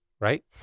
right